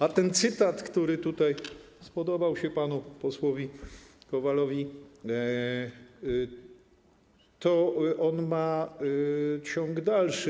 A ten cytat, który tutaj spodobał się panu posłowi Kowalowi, ma ciąg dalszy.